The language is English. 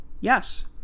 Yes